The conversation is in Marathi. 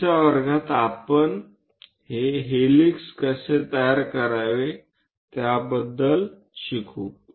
पुढच्या वर्गात आपण हे हेलिक्स कसे तयार करावे त्याबद्दल शिकू